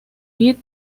hit